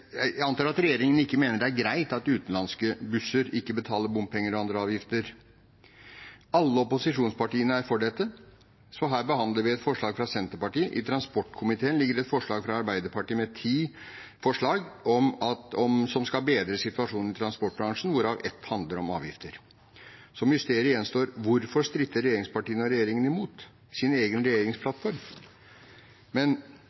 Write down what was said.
Jeg antar at regjeringen ikke mener det er greit at utenlandske busser ikke betaler bompenger og andre avgifter. Alle opposisjonspartiene er for dette. Her behandler vi et forslag fra Senterpartiet. I transportkomiteen ligger det et forslag fra Arbeiderpartiet med ti forslag som skal bedre situasjonen i transportbransjen, hvorav ett handler om avgifter. Mysteriet gjenstår: Hvorfor stritter regjeringspartiene og regjeringen imot sin egen regjeringsplattform? Men